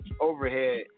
overhead